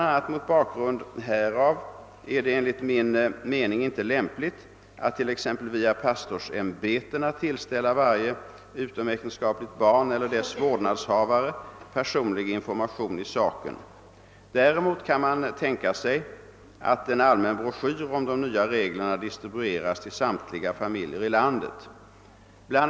a. mot bakgrund härav är det enligt min mening inte lämpligt att, t.ex. via pastorsämbetena, tillställa varje utomäktenskapligt barn eller dess vårdnadshavare personlig information i saken. Däremot kan man tänka sig att en allmän broschyr om de nya reglerna distribueras till samtliga familjer i landet. Bl.